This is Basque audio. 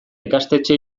ikastetxe